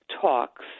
talks